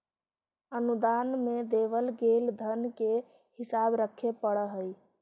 अनुदान में देवल गेल धन के हिसाब रखे पड़ा हई